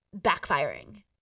backfiring